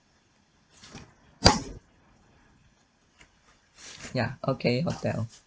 ya okay hotel